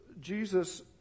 Jesus